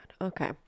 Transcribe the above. Okay